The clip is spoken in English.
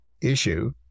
issue